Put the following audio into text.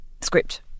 script